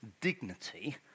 dignity